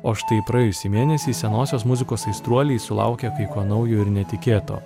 o štai praėjusį mėnesį senosios muzikos aistruoliai sulaukė kai ko naujo ir netikėto